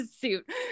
suit